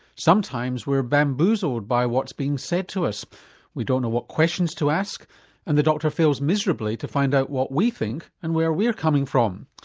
sometimes we're bamboozled by what's been said to us we don't know what questions to ask and the doctor fails miserably to find out what we think and where we're coming from.